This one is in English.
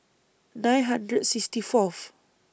nine hundred sixty Fourth